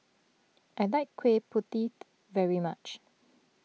I like Kui Putih very much